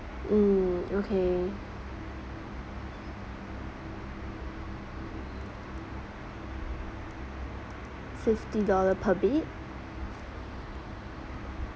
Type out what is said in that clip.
mm okay fifty dollar per bed